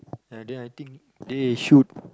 ya then I think they should